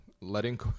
letting